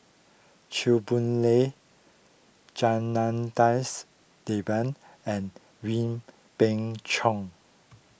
Chew Boon Lay Janadas Devan and Wee Beng Chong